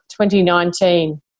2019